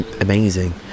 amazing